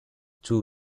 two